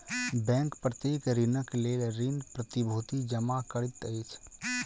bank प्रत्येक ऋणक लेल ऋण प्रतिभूति जमा करैत अछि